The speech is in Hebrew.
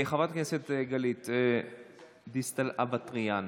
חברת הכנסת גלית דיסטל אטבריאן,